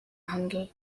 handel